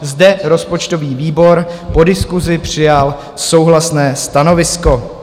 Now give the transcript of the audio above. Zde rozpočtový výbor po diskusi přijal souhlasné stanovisko.